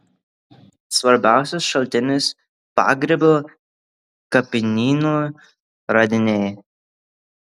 svarbiausias šaltinis pagrybio kapinyno radiniai